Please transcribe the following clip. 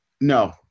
no